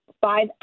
five